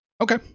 Okay